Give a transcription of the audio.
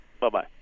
bye-bye